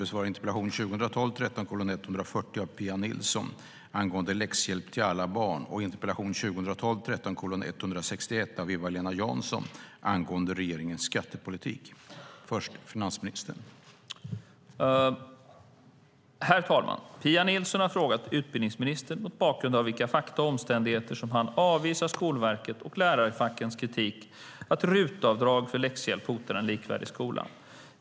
Herr talman! Pia Nilsson har frågat utbildningsministern mot bakgrund av vilka fakta och omständigheter som han avvisar Skolverkets och lärarfackens kritik om att RUT-avdrag för läxhjälp hotar en likvärdig skola.